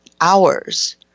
hours